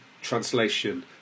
translation